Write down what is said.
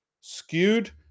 skewed